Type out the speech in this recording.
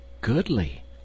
goodly